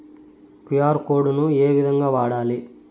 QR code ను ఏ విధంగా వాడాలి?